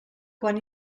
quan